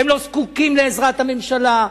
הן לא זקוקות לעזרת הממשלה.